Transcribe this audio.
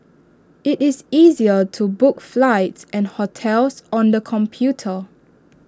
IT is easier to book flights and hotels on the computer